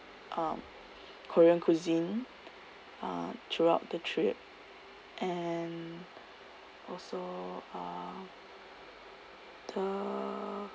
um korean cuisine uh throughout the trip and also uh the